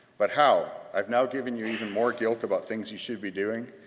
but how? i've now given you even more guilt about things you should be doing.